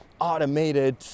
automated